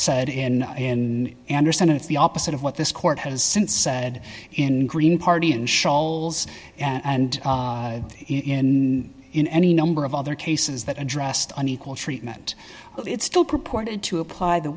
said in in anderson it's the opposite of what this court has since said in green party in shoals and in in any number of other cases that addressed unequal treatment it's still purported to apply the